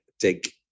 take